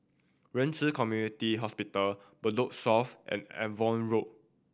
Ren Ci Community Hospital Block South and Avon Road